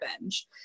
revenge